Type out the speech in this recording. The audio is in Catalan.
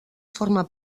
forma